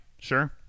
Sure